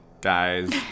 guys